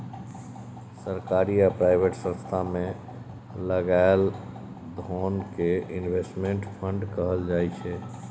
सरकारी आ प्राइवेट संस्थान मे लगाएल धोन कें इनवेस्टमेंट फंड कहल जाय छइ